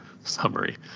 summary